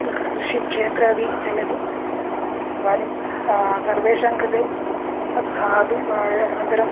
क् कृषिक्षेत्रे अपि चलति इदानिं सर्वेषां कृते तत् दातुम् अनन्तरम्